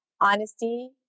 honesty